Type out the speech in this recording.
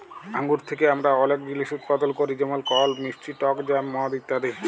আঙ্গুর থ্যাকে আমরা অলেক জিলিস উৎপাদল ক্যরি যেমল ফল, মিষ্টি টক জ্যাম, মদ ইত্যাদি